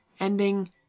ending